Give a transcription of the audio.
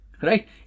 Right